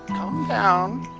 calm down,